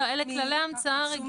אלה כללי המצאה רגילים.